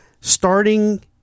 starting